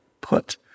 put